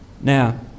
now